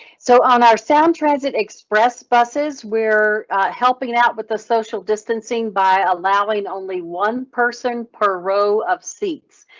so on our sound transit express buses we're helping out with the social distancing by allowing only one person per row of seats.